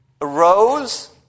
arose